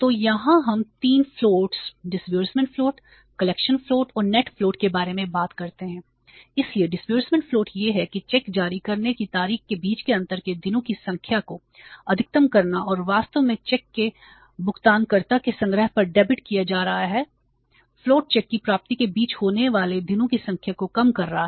तो यहाँ हम 3 फ्लोट्स यह है कि चेक जारी करने की तारीख के बीच के अंतर के दिनों की संख्या को अधिकतम करना और वास्तव में चेक के भुगतानकर्ता के संग्रह पर डेबिट किया जा रहा है फ्लोट चेक की प्राप्ति के बीच होने वाले दिनों की संख्या को कम कर रहा है